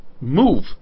move